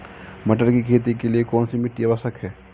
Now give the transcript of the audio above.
मटर की खेती के लिए कौन सी मिट्टी आवश्यक है?